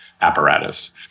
apparatus